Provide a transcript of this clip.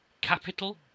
capital